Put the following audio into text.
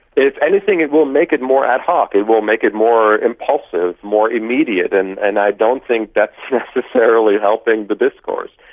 if anything it will make it more ad hoc and it will make it more impulsive, more immediate. and and i don't think that's necessarily helping the discourse.